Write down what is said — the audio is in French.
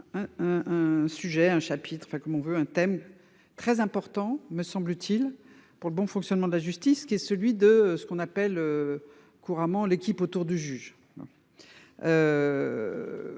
comme on veut, un thème très important me semble-t-il pour le bon fonctionnement de la justice qui est celui de ce qu'on appelle. Couramment l'équipe autour du juge.